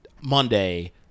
Monday